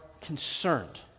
concerned